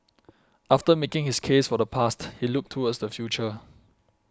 after making his case for the past he looked towards the future